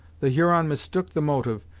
the huron mistook the motive,